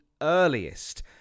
earliest